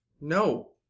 No